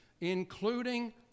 including